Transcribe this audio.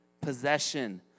possession